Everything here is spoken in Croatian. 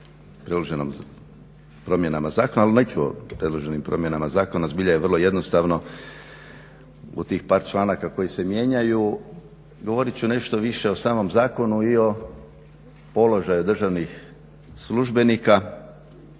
o predloženim promjenama zakona ali neću o predloženim promjenama zakona zbilja je vrlo jednostavno u tih par članaka koji se mijenjaju. Govorit ću nešto više o samom zakonu i o položaju državnih službenika